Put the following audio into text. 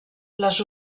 les